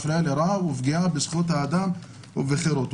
הפליה לרעה ופגיעה בזכויות האדם וחירותו.